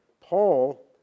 Paul